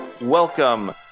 Welcome